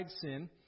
sin